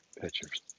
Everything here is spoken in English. pictures